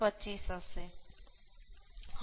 25 હશે